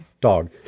dog